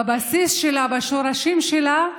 בבסיס שלה, בשורשים שלה,